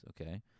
okay